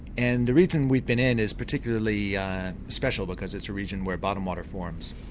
and the region we've been in is particularly special because it's a region where bottom water forms.